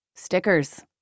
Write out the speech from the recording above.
Stickers